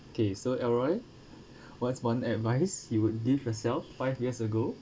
okay so elroy what is one advice you would give yourself five years ago